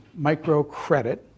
microcredit